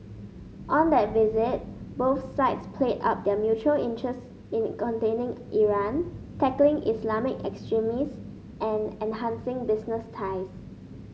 on that visit both sides played up their mutual interests in containing Iran tackling Islamic extremists and enhancing business ties